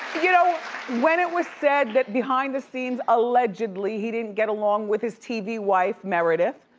you know when it was said that behind the scenes allegedly he didn't get along with his tv wife, meredith,